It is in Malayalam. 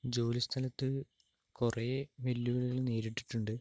ജോലി സ്ഥലത്തു കുറേ വെല്ലുവിളികൾ നേരിട്ടിട്ടുണ്ട്